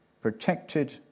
protected